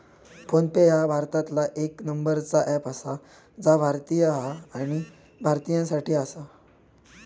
phone पे ह्या भारतातला येक नंबरचा अँप आसा जा भारतीय हा आणि भारतीयांसाठी आसा